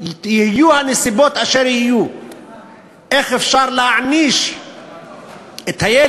כבוד מבקר המדינה, מותר להוסיף "ידידי"